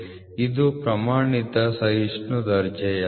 ಇದು ಪ್ರಮಾಣಿತ ಸಹಿಷ್ಣುತೆಯ ದರ್ಜೆಯಾಗಿದೆ